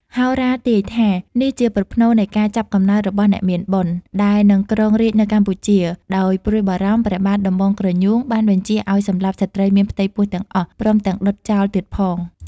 ហោរាទាយថា នេះជាប្រផ្នូលនៃការចាប់កំណើតរបស់អ្នកមានបុណ្យ ដែលនឹងគ្រងរាជ្យនៅកម្ពុជា ដោយព្រួយបារម្ភ ព្រះបាទដំបងក្រញូងបានបញ្ជាឱ្យសម្លាប់ស្ត្រីមានផ្ទៃពោះទាំងអស់ ព្រមទាំងដុតចោលទៀតផង។